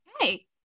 Okay